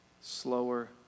slower